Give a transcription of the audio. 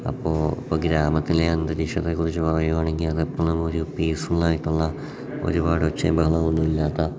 അപ്പോൾ ഇപ്പം ഗ്രാമത്തിലെ അന്തരീക്ഷത്തെ കുറിച്ച് പറയുക ആണെങ്കിൽ അത് എപ്പോഴും ഒരു പീസ്ഫുള്ളായിട്ടുള്ള ഒരുപാട് ഒച്ചയും ബഹളം ഒന്നും ഇല്ലാത്ത